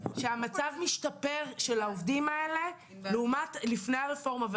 שהמצב של העובדים האלה משתפר לעומת לפני הרפורמה.